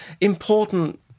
important